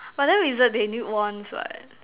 but then wizards they need wands what